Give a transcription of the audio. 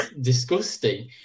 disgusting